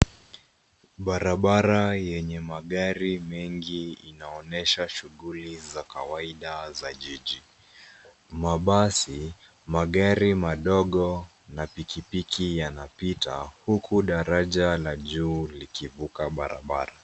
Barabara yenye magari mengi inaonyesha shughuli za kawaida za jiji. Mabasi, magari madogo na pikipiki yanapita huku daraja la juu likivuka barabara.